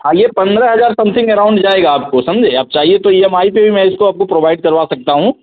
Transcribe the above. आइए पन्द्रह हज़ार समथिंग अराउंड जाएगा आपको समझें आप चाहिए तो ई एम आई पर मैं इसको प्रोवाइड करवा सकता हूँ